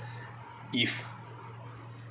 if